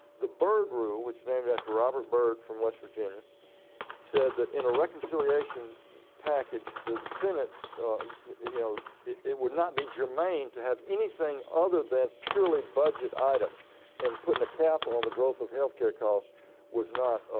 the byrd rule, which named after robert byrd from west virginia said that in a reconciliation package that the senate you know it would not be germane to have anything other than purely budget items and putting a cap on the growth of health care cost was not